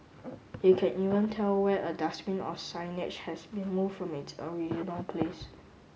he can even tell when a dustbin or signage has been moved from it original place